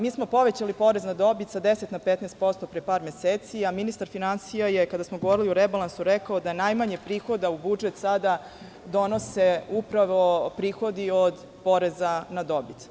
Mi smo povećali porez za dobit sa 10 na 15% pre par meseci, a ministar finansija je, kada smo govorili o rebalansu, rekao da najmanje prihoda u budžet sada donose upravo prihodi od poreza na dobit.